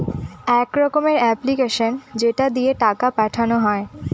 এক রকমের এপ্লিকেশান যেটা দিয়ে টাকা পাঠানো হয়